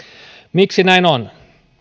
miksi näin on